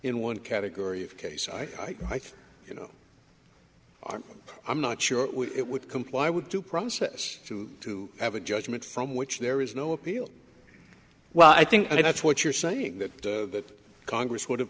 in one category of case i might you know r i'm not sure it would comply with due process to to have a judgment from which there is no appeal well i think that's what you're saying that that congress would have